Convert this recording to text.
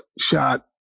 shot